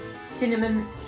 Cinnamon